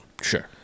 sure